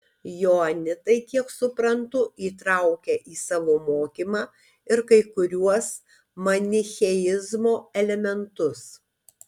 joanitai kiek suprantu įtraukia į savo mokymą ir kai kuriuos manicheizmo elementus